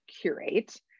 curate